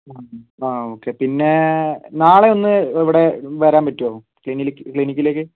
ആ ഓക്കെ പിന്നെ നാളെ ഒന്ന് ഇവിടെ വരാൻ പറ്റുമോ ക്ലിനിക്കിലേക്ക്